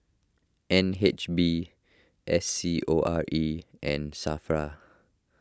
N H B S C O R E and Safra